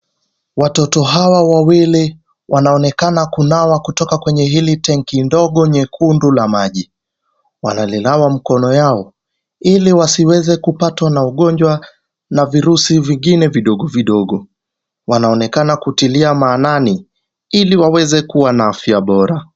Watoto hawa wawili wanaonekana kunawa kutoka kwenye hili tenki ndogo nyekundu la maji ,wanalinawa mkono yao ili wasiweze kupatwa na ugonjwa na virusi vingine vidogo vidogo, wanaonekana kutilia maanani ili waweze kuwa na afya bora.